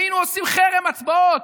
היינו עושים חרם הצבעות,